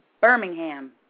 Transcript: Birmingham